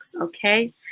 okay